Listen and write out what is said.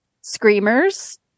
Screamers